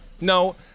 No